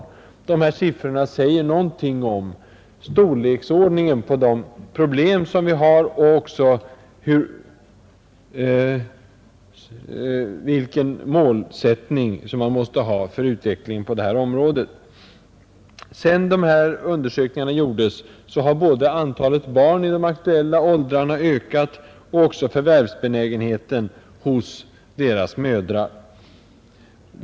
Dessa siffror säger någonting om storleksordningen på de problem vi har, och också vilken målsättning som måste gälla för utvecklingen på detta område. Sedan dessa undersökningar gjordes har antalet barn i de aktuella åldrarna ökat och också förvärvsbenägenheten hos deras mödrar.